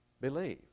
believe